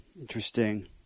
Interesting